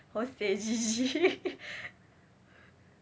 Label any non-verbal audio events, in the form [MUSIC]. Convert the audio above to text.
hoseh G_G [LAUGHS]